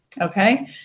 Okay